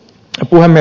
loppuun